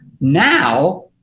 Now